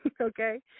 Okay